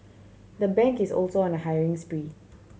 the bank is also on a hiring spree